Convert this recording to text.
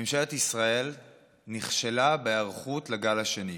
ממשלת ישראל נכשלה בהיערכות לגל השני.